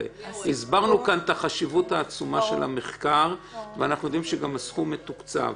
הסברנו כאן את החשיבות העצומה של המחקר ואנחנו גם יודעים שהסכום מתוקצב.